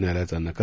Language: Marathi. न्यायालयाचा नकार